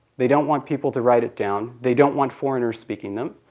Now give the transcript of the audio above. they don't want people to write it down. they don't want foreigners speaking them.